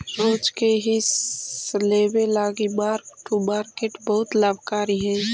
रोज के हिस लेबे लागी मार्क टू मार्केट बहुत लाभकारी हई